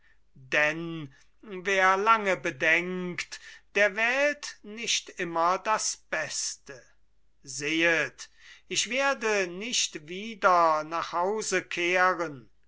denn wer lange bedenkt der wählt nicht immer das beste sehet ich werde nicht wieder nach hause kehren